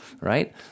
right